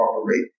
cooperate